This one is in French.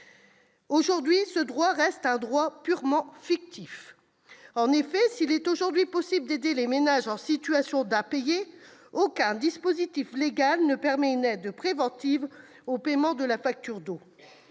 Aujourd'hui, ce droit reste purement fictif : en effet, s'il est possible d'aider les ménages en situation d'impayés, aucun dispositif légal ne permet une aide préventive au paiement de la facture d'eau.